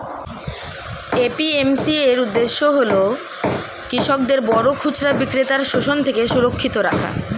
APMC এর উদ্দেশ্য হল কৃষকদের বড় খুচরা বিক্রেতার শোষণ থেকে সুরক্ষিত রাখা